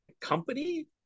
company